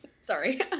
sorry